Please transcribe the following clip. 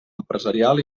empresarial